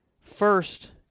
first